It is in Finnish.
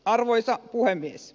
arvoisa puhemies